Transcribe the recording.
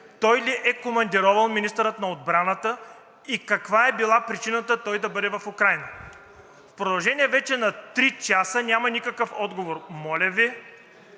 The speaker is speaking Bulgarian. той ли е командировал министъра на отбраната и каква е била причината той да бъде в Украйна? В продължение вече на три часа няма никакъв отговор. Моля Ви